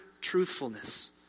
truthfulness